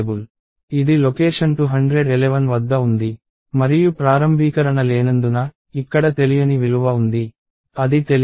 ఇది లొకేషన్ 211 వద్ద ఉంది మరియు ప్రారంభీకరణ లేనందున ఇక్కడ తెలియని విలువ ఉంది అది తెలియదు